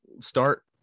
start